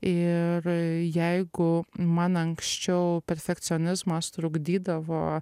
ir jeigu man anksčiau perfekcionizmas trukdydavo